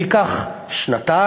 זה ייקח שנתיים,